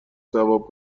ثواب